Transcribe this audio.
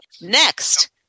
Next